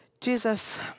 Jesus